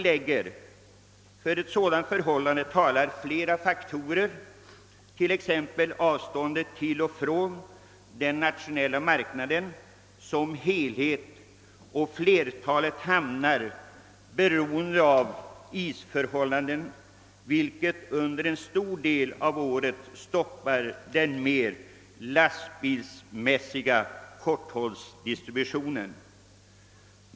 Härför talar flera faktorer, t.ex. avståndet till och från den nationella marknaden som helhet och flertalet hamnars beroende av isförhållandena, vilket under en stor del av året stoppar den mer lastbilsmässiga korthållsdistributionen.